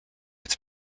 its